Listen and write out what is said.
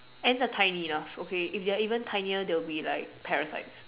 ants are tiny enough okay if they're even tinier they'll be like parasites